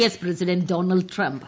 S president Donald Trump